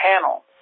panel